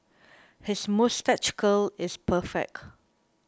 his moustache curl is perfect